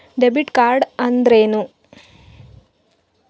Debit ಕಾರ್ಡ್ಅಂದರೇನು?